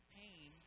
pain